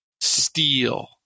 steel